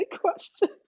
question